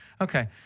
Okay